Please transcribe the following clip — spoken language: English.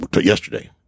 Yesterday